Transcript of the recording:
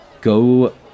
go